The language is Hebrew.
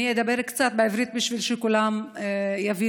אני אדבר קצת בעברית בשביל שכולם יבינו.